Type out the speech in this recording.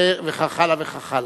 וכך הלאה וכך הלאה.